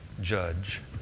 judge